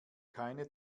keine